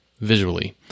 visually